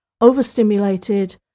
overstimulated